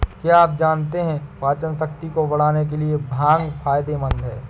क्या आप जानते है पाचनशक्ति को बढ़ाने के लिए भांग फायदेमंद है?